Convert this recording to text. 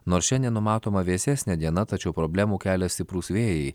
nors šiandien numatoma vėsesnė diena tačiau problemų kelia stiprūs vėjai